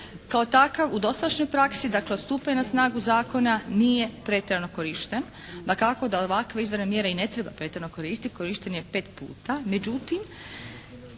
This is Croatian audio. kao takav u dosadašnjoj praksi, dakle od stupanja na snagu zakona nije pretjerano korišten. Dakako da ovakve …/Govornik se ne razumije./… mjere i ne treba pretjerano koristiti, korišteno je pet puta.